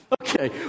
Okay